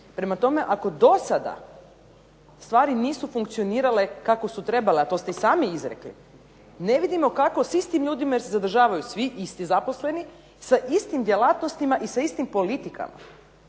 Prema tome, ako dosada stvari nisu funkcionirale kako su trebale, a to ste i sami izrekli, ne vidimo kako s istim ljudima jer se zadržavaju svi isti zaposleni, sa istim djelatnostima i sa istim politikama,